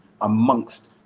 amongst